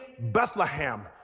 Bethlehem